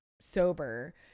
sober